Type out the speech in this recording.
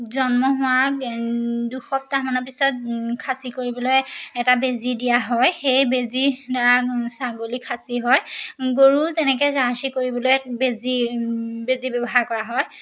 জন্ম হোৱা দুসপ্তাহমানৰ পিছত খাচী কৰিবলৈ এটা বেজী দিয়া হয় সেই বেজীৰ দ্বাৰা ছাগলী খাচী হয় গৰু তেনেকে জাৰ্চি কৰিবলৈ বেজি বেজী ব্যৱহাৰ কৰা হয়